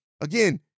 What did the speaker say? again